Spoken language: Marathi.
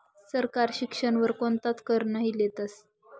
सरकार शिक्षण वर कोणताच कर नही लेतस